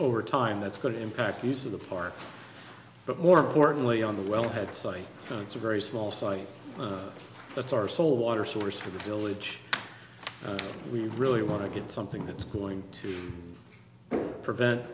over time that's going to impact the use of the park but more importantly on the wellhead site it's a very small site that's our sole water source for the village and we really want to get something that's going to prevent